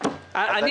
אני